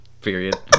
Period